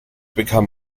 become